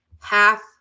half